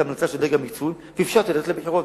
את ההמלצה של הדרג המקצועי ואפשרתי ללכת לבחירות,